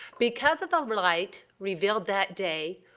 because of the light revealed that day,